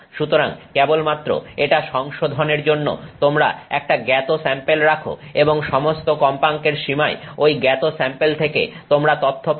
সুতরাং কেবলমাত্র এটা সংশোধনের জন্য তোমরা একটা জ্ঞাত স্যাম্পেল রাখো এবং সমস্ত কম্পাঙ্কের সীমায় ঐ জ্ঞাত স্যাম্পেল থেকে তোমরা তথ্য পাও